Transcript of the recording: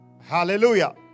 Hallelujah